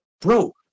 bro